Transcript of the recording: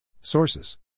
Sources